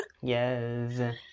Yes